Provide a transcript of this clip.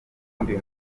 wundi